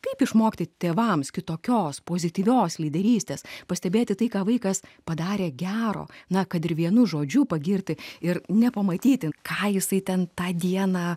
kaip išmokti tėvams kitokios pozityvios lyderystės pastebėti tai ką vaikas padarė gero na kad ir vienu žodžiu pagirti ir nepamatyti ką jisai ten tą dieną